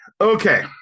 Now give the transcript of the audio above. Okay